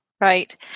Right